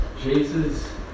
Jesus